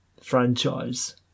franchise